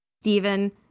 steven